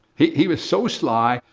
he he was so sly,